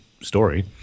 story